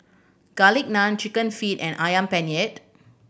Garlic Naan Chicken Feet and Ayam Penyet